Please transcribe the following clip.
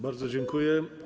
Bardzo dziękuję.